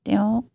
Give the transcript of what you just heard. তেওঁক